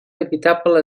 habitable